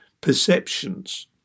perceptions